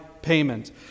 payment